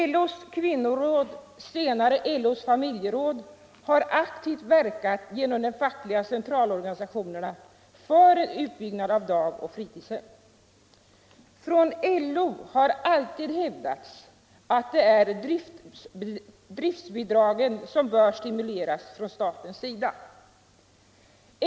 LO:s kvinnoråd och senare LO:s familjeråd har genom de fackliga centralorganisationerna aktivt verkat för en utbyggnad av Ekonomiskt stöd åt dag och fritidshem. Från LO har alltid hävdats att det är driftbidragen som bör stimuleras från statens sida.